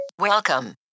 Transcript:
Welcome